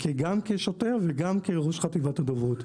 גם כשוטר וגם כראש חטיבת הדוברות.